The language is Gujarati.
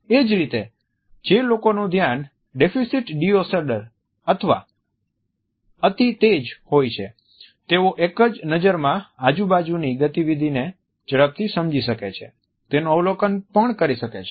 એ જ રીતે જે લોકોનું ધ્યાન ડેફિસિટ ડિસઓર્ડર અથવા અતિ તેજ હોય છે તેઓ એક જ નજર માં આજુ બાજુની ગતિવિધિને ઝડપથી સમજી શકે છે અને તેનું અવલોકન પણ કરી શકે છે